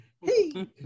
hey